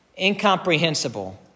incomprehensible